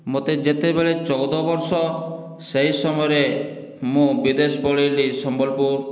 ମୋତେ ଯେତେବେଳେ ଚଉଦ ବର୍ଷ ସେହି ସମୟରେ ମୁଁ ବିଦେଶ ପଳେଇଲି ସମ୍ବଲପୁର